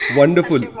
Wonderful